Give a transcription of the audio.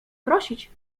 prosić